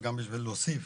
בשביל להוסיף,